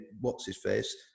what's-his-face